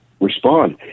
respond